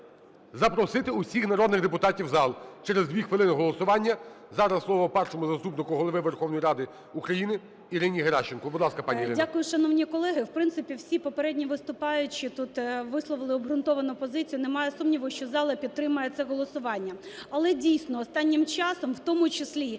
запросити усіх народних депутатів в зал. Через 2 хвилини голосування. Зараз слово Першому заступнику голови Верховної Ради України Ірині Геращенко. Будь ласка, пані Ірина. 13:54:45 ГЕРАЩЕНКО І.В. Дякую, шановні колеги. В принципі, всі попередні виступаючі тут висловили обґрунтовану позицію. Немає сумніву, що зал підтримає це голосування. Але, дійсно, останнім часом, в тому числі